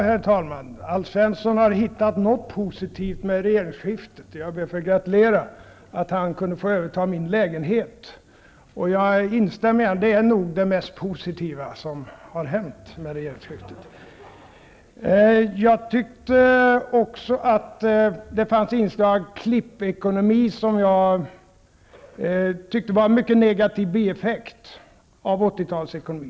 Herr talman! Alf Svensson har alltså hittat något positivt med regeringsskiftet. Jag ber att få gratulera honom till att han kunde få överta min lägenhet. Jag instämmer gärna i att det nog är det mest positiva som hände i och med regeringsskiftet. Ja, det fanns inslag av klippekonomi som jag tyckte var en mycket negativ bieffekt av 80-talets ekonomi.